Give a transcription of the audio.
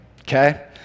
okay